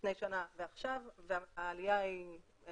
לפני שנה ועכשיו והעלייה לא